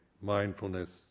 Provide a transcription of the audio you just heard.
mindfulness